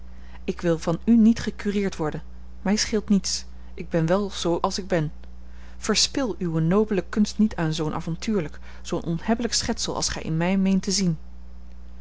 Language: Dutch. ik wil van u niet gecureerd worden mij scheelt niets ik ben wel z als ik ben verspil uwe nobele kunst niet aan zoo'n avontuurlijk zoo'n onhebbelijk schepsel als gij in mij meent te zien